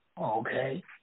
Okay